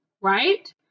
right